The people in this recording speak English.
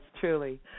truly